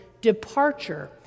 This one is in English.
departure